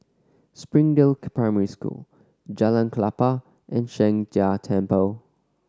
Springdale Primary School Jalan Klapa and Sheng Jia Temple